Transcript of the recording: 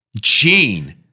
Gene